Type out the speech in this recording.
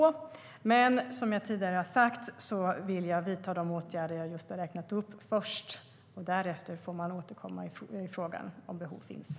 Som jag tidigare har sagt vill jag dock först vidta de åtgärder jag har räknat upp, och därefter får man om behov finns återkomma i frågan.